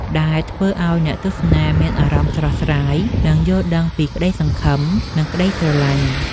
ដែលធ្វើឱ្យអ្នកទស្សនាមានអារម្មណ៍ស្រស់ស្រាយ និងយល់ដឹងពីក្តីសង្ឃឹម និងក្តីស្រឡាញ់។